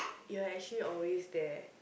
you're actually always there